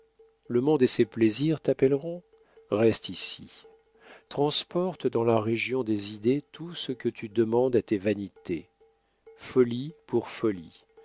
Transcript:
le monde et ses plaisirs t'appelleront reste ici transporte dans la région des idées tout ce que tu demandes à tes vanités folie pour folie